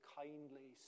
kindly